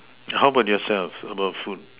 how about yourself about food